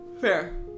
Fair